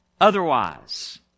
otherwise